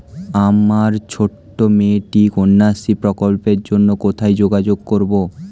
আমার ছোট্ট মেয়েটির কন্যাশ্রী প্রকল্পের জন্য কোথায় যোগাযোগ করব?